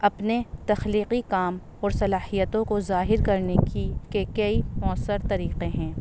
اپنے تخلیقی کام اور صلاحیتوں کو ظاہر کرنے کی کے کئی مؤثر طریقے ہیں